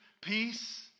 peace